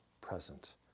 present